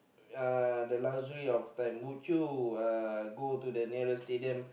uh the luxury of time would you uh go to the nearest stadium